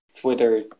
Twitter